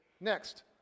Next